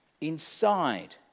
inside